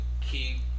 key